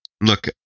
Look